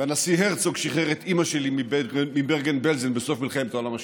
והנשיא הרצוג שחרר את אימא שלי מברגן-בלזן בסוף מלחמת העולם השנייה.